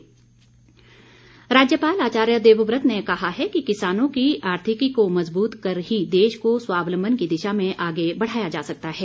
राज्यपाल राज्यपाल आचार्य देवव्रत ने कहा है कि किसानों की आर्थिकी को मजबूत कर ही देश को स्वावलम्बन की दिशा में आगे बढ़ाया जा सकता है